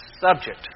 subject